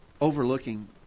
overlooking